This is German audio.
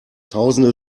tausende